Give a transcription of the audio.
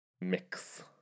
Mix